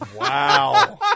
Wow